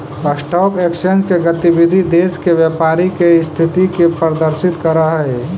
stock exchange के गतिविधि देश के व्यापारी के स्थिति के प्रदर्शित करऽ हइ